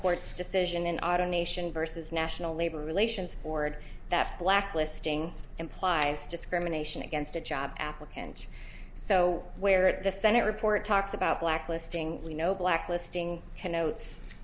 court's decision in our nation versus national labor relations board that blacklisting implies discrimination against a job applicant so where the senate report talks about blacklisting you know blacklisting connotes